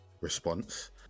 response